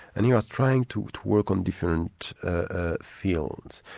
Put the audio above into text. and he was trying to work on different ah fields.